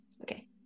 Okay